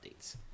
updates